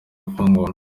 afunguwe